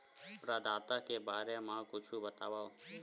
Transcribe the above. प्रदाता के बारे मा कुछु बतावव?